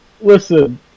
Listen